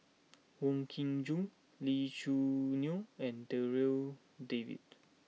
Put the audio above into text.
Wong Kin Jong Lee Choo Neo and Darryl David